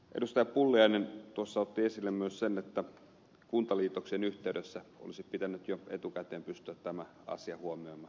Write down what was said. pulliainen tuossa otti esille myös sen että kuntaliitoksen yhteydessä olisi pitänyt jo etukäteen pystyä tämä asia huomioimaan